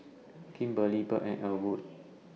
Kimberlie Birt and Elwood